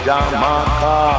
Jamaica